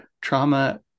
trauma